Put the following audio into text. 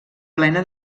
plena